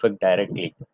directly